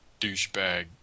douchebag